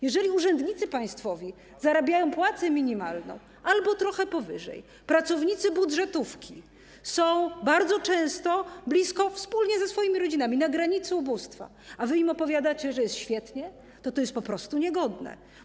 Jeżeli urzędnicy państwowi zarabiają płacę minimalną albo trochę powyżej, pracownicy budżetówki żyją bardzo często wspólnie ze swoimi rodzinami na granicy ubóstwa, a wy im opowiadacie, że jest świetnie, to to jest po prostu niegodne.